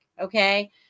okay